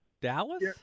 Dallas